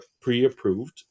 pre-approved